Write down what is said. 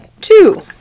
Two